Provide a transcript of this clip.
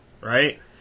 right